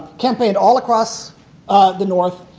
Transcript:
campaigned all across the north.